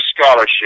scholarship